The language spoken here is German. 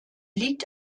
liegt